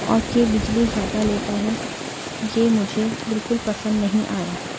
اور یہ بجلی زیادہ لیتا ہے یہ مجھے بالکل پسند نہیں آیا